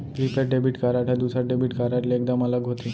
prepaid debit card ह दूसर debit card ले एकदम अलग होथे